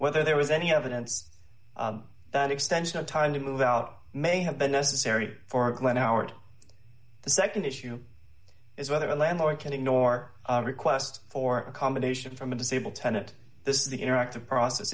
whether there was any evidence that extension of time to move out may have been necessary for glenn our the nd issue is whether a landlord can ignore a request for an accommodation from a disabled tenant this is the interactive process